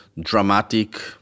dramatic